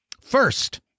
First